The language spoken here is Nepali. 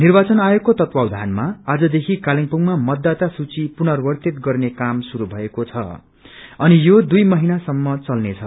निर्वाचन आयोगको तत्वाधानमाआजदेखि कालेबुङ्मा मतदाता सूधि पुनावर्तित गर्ने काम शुरू भएको छ अनि यो दुई महिना सम्म चल्नेछ